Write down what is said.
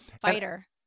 Fighter